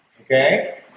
Okay